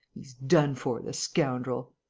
he's done for, the scoundrel!